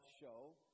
show